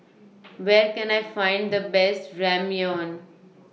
Where Can I Find The Best Ramyeon